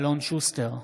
אלון שוסטר,